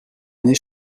dîner